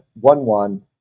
One-one